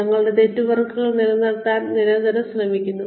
ഞങ്ങളുടെ നെറ്റ്വർക്കുകൾ നിലനിർത്താൻ നിരന്തരം ശ്രമിക്കുന്നു